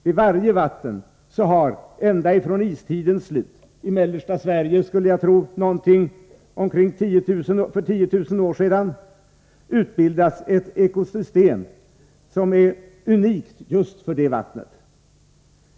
Vid varje vatten har ända från istidens slut — jag skulle tro att det i mellersta Sverige var för ca 10 000 år sedan — utbildats ett ekosystem, som är unikt just för det vattnet.